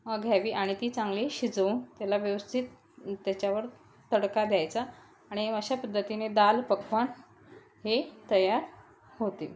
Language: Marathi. घ घ्यावी आणि ती चांगली शिजवून त्याला व्यवस्थित त्याच्यावर तडका द्यायचा आणि अशा पद्धतीने दाल पकवान हे तयार होते